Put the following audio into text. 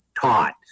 taught